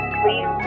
please